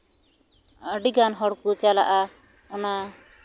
ᱟᱹᱰᱤ ᱜᱟᱱ ᱦᱚᱲ ᱠᱚ ᱪᱟᱞᱟᱜᱼᱟ ᱚᱱᱟ